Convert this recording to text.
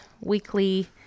weekly